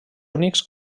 únics